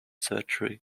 surgery